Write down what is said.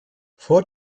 vor